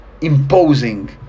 imposing